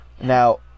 Now